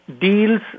deals